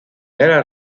era